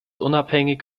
unabhängig